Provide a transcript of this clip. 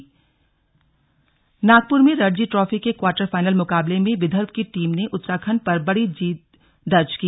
slug Ranji Uttarakhand Nagpur में Ranji trophy के quarter final मुकाबले में विदर्भ की टीम ने उत्तराखंड पर बड़ी जीत दर्ज की